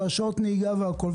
ושעות נהיגה והכול,